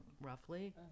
roughly